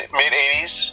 mid-80s